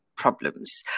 problems